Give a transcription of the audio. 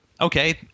Okay